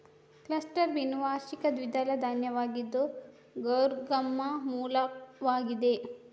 cluster bean ವಾರ್ಷಿಕ ದ್ವಿದಳ ಧಾನ್ಯವಾಗಿದ್ದು ಗೌರ್ ಗಮ್ನ ಮೂಲವಾಗಿದೆ